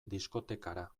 diskotekara